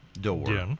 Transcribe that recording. door